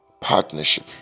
partnership